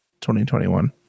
2021